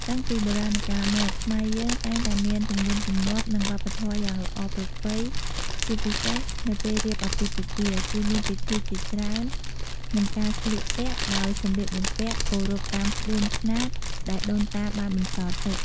តាំងពីបុរាណកាលមកខ្មែរយើងតែងតែមានទំនៀមទម្លាប់និងវប្បធម៏យ៉ាងល្អប្រពៃជាពិសេស នៅពេលរៀបអាពាពិពាណ៍គឺមានពិធីជាច្រើន និងការស្លៀកពាក់ដោយសំលៀកបំពាក់គោរពតាមក្បួនខ្នាតដែលដូនតាបានបន្សល់ទុក។